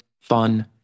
fun